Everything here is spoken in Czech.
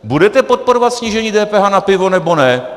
Budete podporovat snížení DPH na pivo, nebo ne?